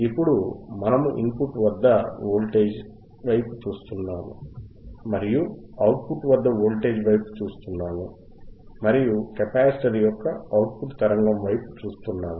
ఇప్పుడు మనము ఇన్పుట్ వద్ద వోల్టేజ్ వైపు చూస్తున్నాము మరియు అవుట్ పుట్ వద్ద వోల్టేజ్ వైపు చూస్తున్నాము మరియు కెపాసిటర్ యొక్క అవుట్ పుట్ తరంగము వైపు చూస్తున్నాము